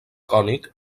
cònic